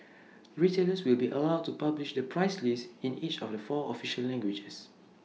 retailers will be allowed to publish the price list in each of the four official languages